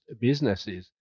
businesses